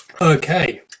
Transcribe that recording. Okay